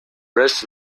rest